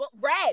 Red